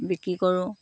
বিক্ৰী কৰোঁ